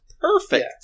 perfect